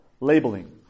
Labeling